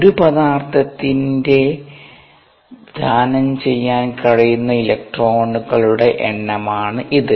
ഒരു പദാർത്ഥത്തിന് ദാനം ചെയ്യാൻ കഴിയുന്ന ഇലക്ട്രോണുകളുടെ എണ്ണമാണ് ഇത്